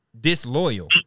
disloyal